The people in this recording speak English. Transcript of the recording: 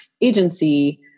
agency